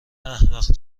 احمق